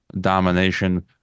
domination